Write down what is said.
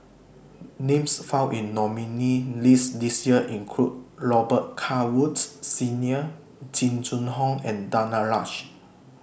Names found in nominees' list This Year include Robet Carr Woods Senior Jing Jun Hong and Danaraj